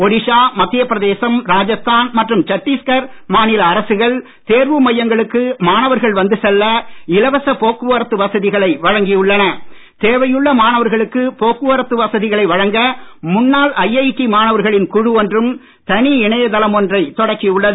ஒடிஷா மத்திய பிரதேசம் ராஜஸ்தான் மற்றும் சட்டீஸ்கர் மாநில அரசுகள் தேர்வு மையங்களுக்கு மாணவர்கள் வந்து செல்ல இலவசப் போக்குவரத்து மாணவர்களுக்கு போக்குவரத்து வசதிகளை வழங்க முன்னாள் ஐஐடி மாணவர்களின் குழு ஒன்றும் தனி இணையதளம் ஒன்றை தொடக்கியுள்ளது